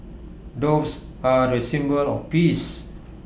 doves are A symbol of peace